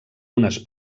unes